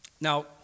Now